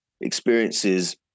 Experiences